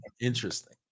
interesting